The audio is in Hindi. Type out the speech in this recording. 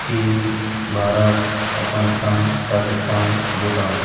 चीन भारत अफगानिस्तान पाकिस्तान भूटान